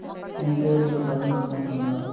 మీ పేరు తో bank account ఉందా?